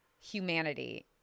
humanity